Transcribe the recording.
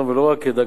ולא רק דג הנסיכה,